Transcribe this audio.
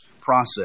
process